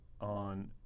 on